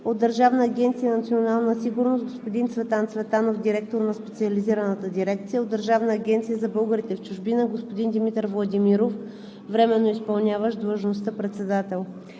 от Държавна агенция „Национална сигурност“: господин Цветан Цветанов – директор на Специализираната дирекция; от Държавна агенция за българите в чужбина: господин Димитър Владимиров – временно изпълняващ длъжността председател.